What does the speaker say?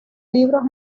libros